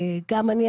גם אני,